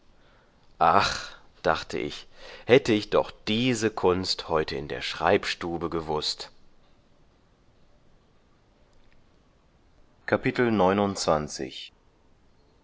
ach dachte ich hätte ich doch diese kunst heute in der schreibstube gewußt